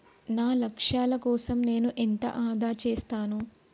నా లక్ష్యాల కోసం నేను ఎంత ఆదా చేస్తాను?